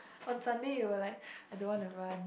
on Sunday you'll like I don't want to run